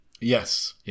Yes